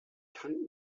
kann